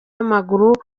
w’amaguru